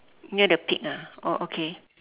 near the pig ah oh okay